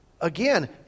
again